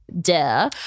duh